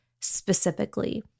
specifically